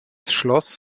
schloss